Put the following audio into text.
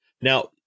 Now